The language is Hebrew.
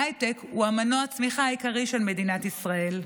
ההייטק הוא מנוע הצמיחה העיקרי של מדינת ישראל.